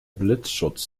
blitzschutz